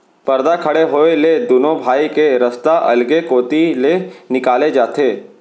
परदा खड़े होए ले दुनों भाई के रस्ता अलगे कोती ले निकाले जाथे